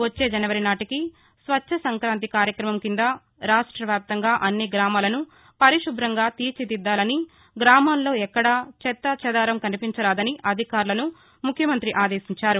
వచ్చే జనవరి నాటికి స్వచ్ఛ సంక్రాంతి కార్యక్రమం క్రింద రాష్రవ్యాప్తంగా అన్ని గామాలను పరిశు భ్రంగా తీర్చి దిద్దాలని గ్రామాల్లో ఎక్కడా చెత్తాచెదారం కనిపించరాదని అధికారులను ముఖ్యమంత్రి ఆదేశించారు